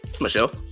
Michelle